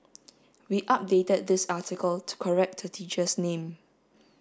we updated this article to correct a teacher's name